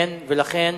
ולכן